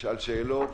נשאל שאלות,